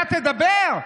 אתה תדבר?